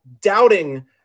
Doubting